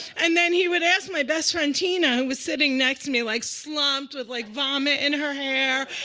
and then he would ask my best friend tina, who was sitting next to me, like slumped, with like vomit in her hair.